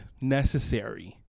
necessary